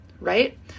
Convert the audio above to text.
right